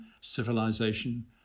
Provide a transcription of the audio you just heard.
civilization